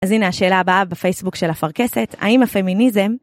אז הנה השאלה הבאה בפייסבוק של אפרכסת, האם הפמיניזם...